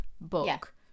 book